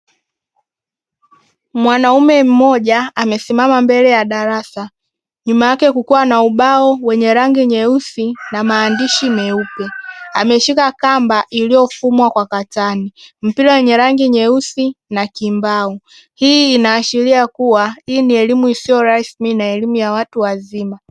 Mwanaume mmoja amesimama mbele ya darasa, nyuma yake kukiwa na ubao wenye rangi nyeusi na maandishi meupe. Ameshika kamba iliyofumwa kwa katani, mpira wenye rangi nyeusi na kimbao. Hii inaashiria kuwa hii ni elimu isiyo rasmi na elimu ya watu wazima.